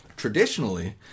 traditionally